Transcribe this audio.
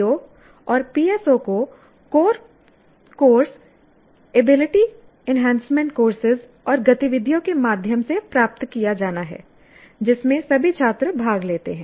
POs और PSOs को core course ability enhancement courses और गतिविधियों के माध्यम से प्राप्त किया जाना है जिसमें सभी छात्र भाग लेते हैं